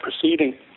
proceeding